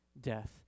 death